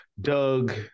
Doug